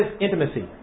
intimacy